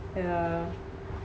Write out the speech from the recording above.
yeah